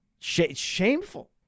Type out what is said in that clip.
Shameful